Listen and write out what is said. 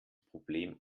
problem